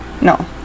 no